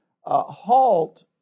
Halt